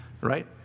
Right